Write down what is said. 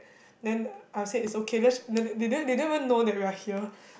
then I will say it's okay let's then they don't they don't even know that we are here